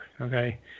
Okay